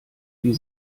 die